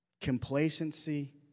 Complacency